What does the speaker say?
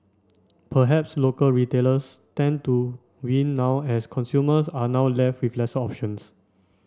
perhaps local retailers stand to win now as consumers are now left with lesser options